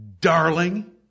darling